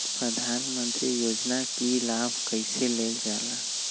प्रधानमंत्री योजना कि लाभ कइसे लेलजाला?